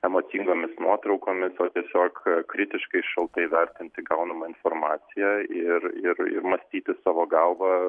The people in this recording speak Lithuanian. emocingomis nuotraukomis o tiesiog kritiškai šaltai vertinti gaunamą informaciją ir ir ir mąstyti savo galva